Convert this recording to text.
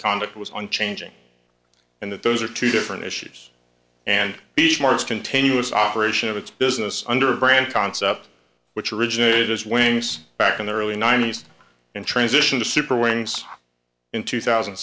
conduct was on changing and that those are two different issues and these marks continuous operation of its business under a brand concept which originated as wings back in the early ninety's and transition to super wings in two thousand